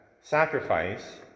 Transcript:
sacrifice